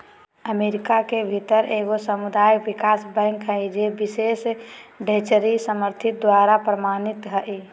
America के भीतर एगो सामुदायिक विकास बैंक हइ जे बिशेष ट्रेजरी समर्थित द्वारा प्रमाणित हइ